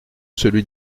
celui